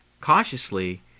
cautiously